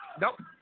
Nope